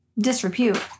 disrepute